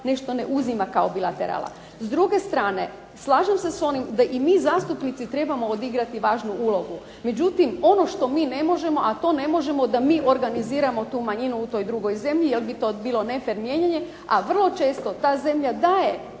nešto ne uzima kao bilaterala. S druge strane slažem se s onim da i mi zastupnici trebamo odigrati važnu ulogu, međutim ono što mi ne možemo a to ne možemo da mi organiziramo tu manjinu u toj drugoj zemlji jer bi to bilo ne fer mijenjanje, a vrlo često ta zemlja daje